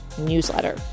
newsletter